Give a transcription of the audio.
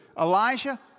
Elijah